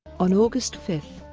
on august five,